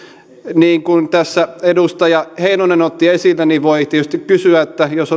niin kuin tässä edustaja heinonen otti esille niin voi tietysti kysyä että jos